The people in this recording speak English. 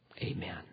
Amen